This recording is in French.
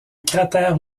cratère